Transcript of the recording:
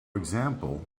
example